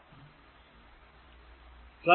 ഇതാണ് എന്റെ കറന്റ്